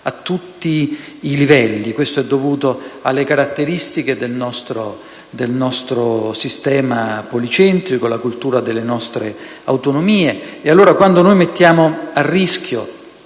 a tutti i livelli. Questo è dovuto alle caratteristiche del nostro sistema policentrico e alla cultura delle nostre autonomie. Pertanto, quando noi mettiamo a rischio